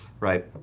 Right